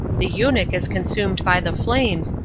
the eunuch is consumed by the flames,